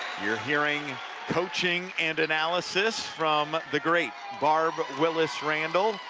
you're hearing coaching and analysis from the great barb willis randall